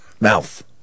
Mouth